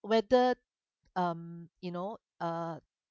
whether um you know uh